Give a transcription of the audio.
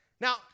Now